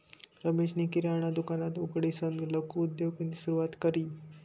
रमेशनी किराणा दुकान उघडीसन लघु उद्योगनी सुरुवात करी